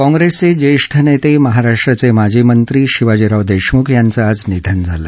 काँग्रेसचे ज्येष्ठ नेते महाराष्ट्राचे माजी मंत्री शिवाजीराव देशमुख यांचं आज निधन झालं